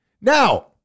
Now